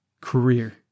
career